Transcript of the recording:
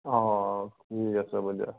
অঁ ঠিক আছে হ'ব দিয়া